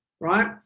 right